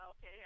Okay